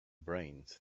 brains